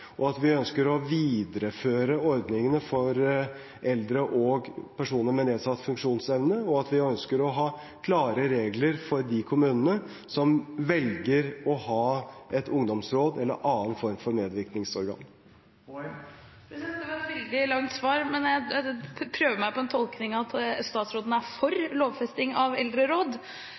at vi ønsker å videreføre ordningene for eldre og personer med nedsatt funksjonsevne, og at vi ønsker å ha klare regler for de kommunene som velger å ha et ungdomsråd eller en annen form for medvirkningsorgan. Det var et veldig langt svar, men jeg prøver meg på en tolkning: at statsråden er for